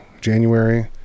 January